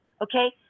okay